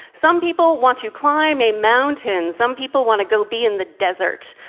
some people want to climb a mountain, some people want to go be in the desert.